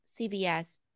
CVS